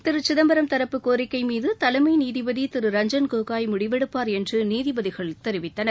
திரு சிதம்பரம் தரப்பு கோரிக்கை மீது தலைமை நீதிபதி திரு ரஞ்ஜன் கோகோய் முடிவெடுப்பாா் என்று நீதிபதிகள் தெரிவித்தனர்